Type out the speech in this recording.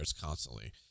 constantly